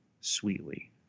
sweetly